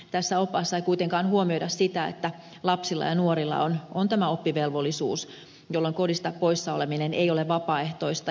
tässä oppaassa ei kuitenkaan huomioida sitä että lapsilla ja nuorilla on tämä oppivelvollisuus jolloin kodista poissa oleminen ei ole vapaaehtoista